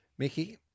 Mickey